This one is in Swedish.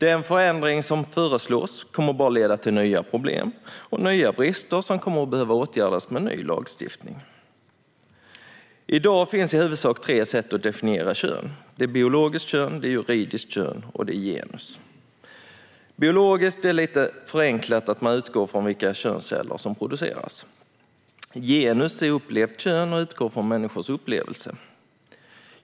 Den förändring som föreslås kommer bara att leda till nya problem och nya brister, som kommer att behöva åtgärdas med ny lagstiftning. I dag finns i huvudsak tre sätt att definiera kön: biologiskt kön, juridiskt kön och genus. Biologiskt kön är, lite förenklat, att man utgår från vilka könsceller som produceras. Genus är upplevt kön och utgår från människors upplevelse.